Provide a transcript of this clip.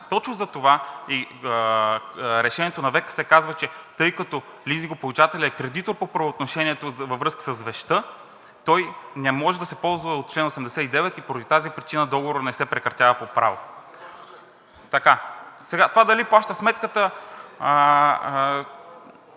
Точно затова и решението на ВКС казва, че тъй като лизингополучателят е кредитор по правоотношението във връзка с вещта, той не може да се ползва от чл. 89 и поради тази причина договорът не се прекратява по право. (Реплика от